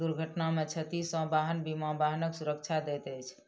दुर्घटना में क्षति सॅ वाहन बीमा वाहनक सुरक्षा दैत अछि